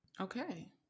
Okay